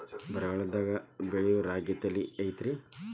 ಬರಗಾಲದಾಗೂ ಬೆಳಿಯೋ ರಾಗಿ ತಳಿ ಐತ್ರಿ?